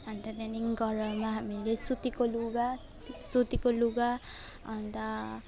अन्त त्यहाँदेखि गरममा हामीले सुतीको लुगा सुतीको लुगा अन्त